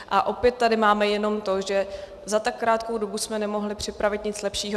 A opět tady máme jenom to, že za tak krátkou dobu jsme nemohli připravit nic lepšího.